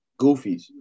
goofies